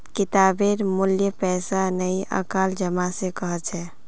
किताबेर मूल्य पैसा नइ आंकाल जबा स ख छ